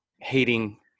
hating